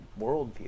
worldview